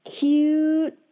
cute